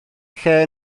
lle